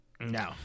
No